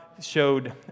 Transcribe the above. showed